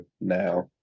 now